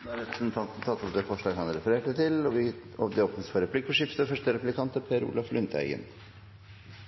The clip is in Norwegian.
Representanten Steinar Reiten har tatt opp det forslaget han refererte til. Det blir replikkordskifte. Jeg regner med det